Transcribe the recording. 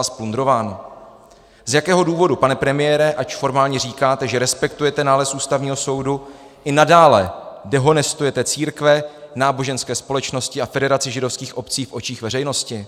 Z jakého důvodu, pane premiére, ač formálně říkáte, že respektujete nález Ústavního soudu, i nadále dehonestujete církve, náboženské společnosti a Federaci židovských obcí v očích veřejnosti?